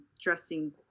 dressing